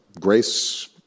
Grace